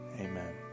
Amen